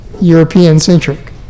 European-centric